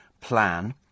Plan